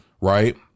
Right